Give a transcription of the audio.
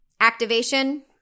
activation